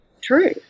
true